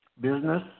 business